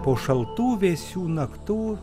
po šaltų vėsių naktų